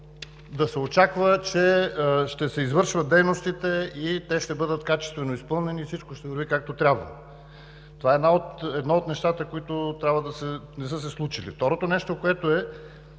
да се очаква, че ще се извършват дейностите, че ще бъдат качествено изпълнени и всичко ще върви както трябва. Това е едно от нещата, които не са се случили. Второ, не знам какво е